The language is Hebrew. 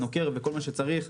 הנוקר וכל מה שצריך,